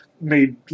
made